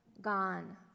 gone